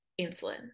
insulin